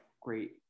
great